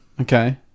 Okay